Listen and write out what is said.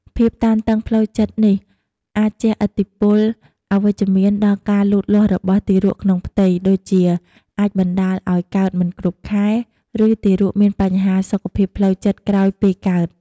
ភាពតានតឹងផ្លូវចិត្តនេះអាចជះឥទ្ធិពលអវិជ្ជមានដល់ការលូតលាស់របស់ទារកក្នុងផ្ទៃ ដូចជាអាចបណ្តាលឲ្យកើតមិនគ្រប់ខែ ឬទារកមានបញ្ហាសុខភាពផ្លូវចិត្តក្រោយពេលកើត។